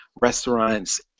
restaurants